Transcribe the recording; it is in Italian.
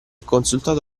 consultato